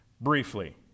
briefly